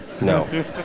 no